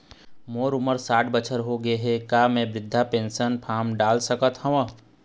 मोर उमर साठ बछर होथे गए हे का म वृद्धावस्था पेंशन पर फार्म डाल सकत हंव?